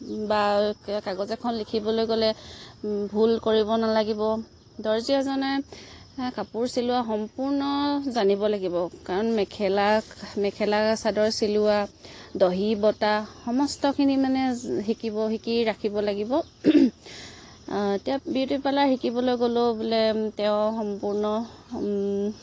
বা কাগজ এখন লিখিবলৈ গ'লে ভুল কৰিব নালাগিব দৰ্জী এজনে কাপোৰ চিলোৱা সম্পূৰ্ণ জানিব লাগিব কাৰণ মেখেলা মেখেলা চাদৰ চিলোৱা দহি বতা সমস্তখিনি মানে শিকিব শিকি ৰাখিব লাগিব এতিয়া বিউটি পাৰ্লাৰ শিকিবলৈ গ'লেও বোলে তেওঁ সম্পূৰ্ণ